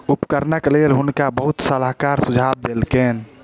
उपकरणक लेल हुनका बहुत सलाहकार सुझाव देलकैन